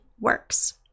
works